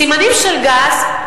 סימנים של גז,